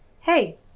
Hey